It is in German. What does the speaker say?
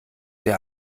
der